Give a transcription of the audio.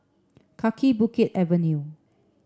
Kaki Bukit Avenue